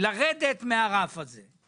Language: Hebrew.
לרדת מהרף הזה.